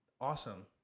awesome